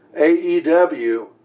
AEW